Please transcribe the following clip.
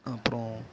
அப்பறம்